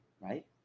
right